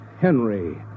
Henry